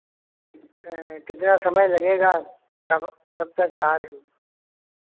कितना समय लगेगा कब कब तक आ रहे हो